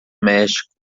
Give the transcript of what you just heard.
méxico